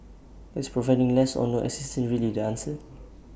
but is providing less or no assistance really the answer